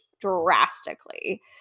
drastically